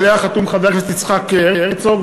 שעליה חתום חבר הכנסת יצחק הרצוג,